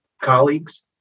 colleagues